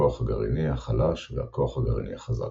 הכוח הגרעיני החלש והכוח הגרעיני החזק.